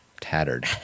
tattered